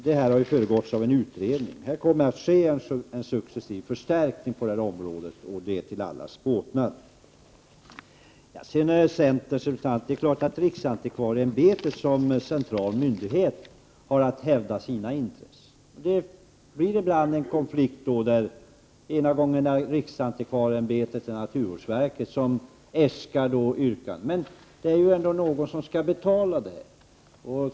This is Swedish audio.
Detta har föregåtts av en utredning. En successiv förstärkning kommer att ske på detta område, och det är till allas båtnad. Till centerns representant vill jag säga följande. Det är klart att riksantikvarieämbetet som central myndighet har att hävda sina intressen. Det blir ibland en konflikt, t.ex. när riksantikvarieämbetet och naturvårdsverket äskar anslag. Men någon skall ändå betala detta.